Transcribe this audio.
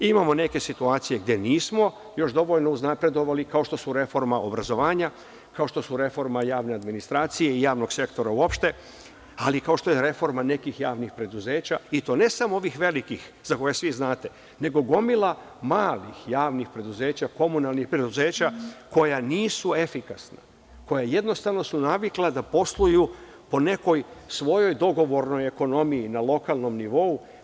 Imamo neke situacije gde nismo još dovoljno uznapredovali, kao što su reforma obrazovanja, kao što su reforma javne administracije i javnog sektora uopšte, ali i kao što je reforma nekih javnih preduzeća, i to ne samo ovih velikih za koje svi znate, nego gomila malih javnih preduzeća, komunalnih preduzeća koja nisu efikasna, koja jednostavno su navikla da posluju po nekoj svojoj dogovornoj ekonomiji na lokalnom nivou.